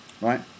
right